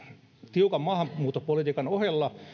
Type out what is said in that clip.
tiukan maahanmuuttopolitiikan ohella